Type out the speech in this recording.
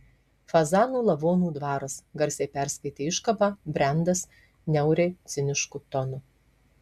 fazanų lavonų dvaras garsiai perskaitė iškabą brendas niauriai cinišku tonu